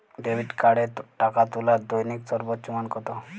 Debit কার্ডে টাকা তোলার দৈনিক সর্বোচ্চ মান কতো?